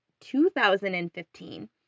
2015